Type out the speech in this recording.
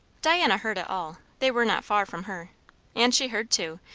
diana heard it all, they were not far from her and she heard, too,